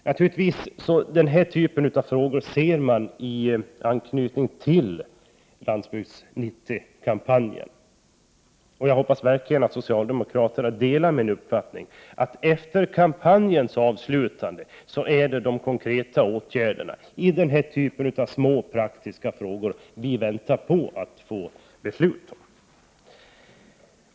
Naturligtvis ser man dessa frågor i anknytning till Landsbygd 90-kampanjen. Jag hoppas verkligen att socialdemokraterna tycker som vi. Efter kampanjens avslutande väntar vi beslut om konkreta åtgärder i små praktiska frågor av den typ som jag här nämnt.